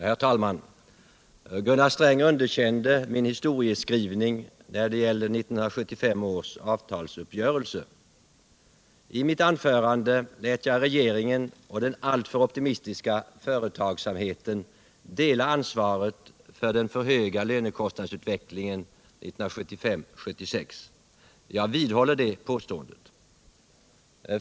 Herr talman! Gunnar Sträng underkände min historieskrivning när det gäller 1975 års avtalsuppgörelse. I mitt anförande lät jag regeringen och den alltför optimistiska företagsamheten dela ansvaret för den för höga lönekostnadsutvecklingen 1975-1976. Jag vidhåller den bedömningen.